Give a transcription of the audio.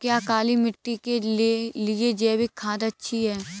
क्या काली मिट्टी के लिए जैविक खाद अच्छी है?